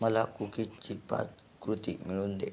मला कुकीजची पाककृती मिळवून दे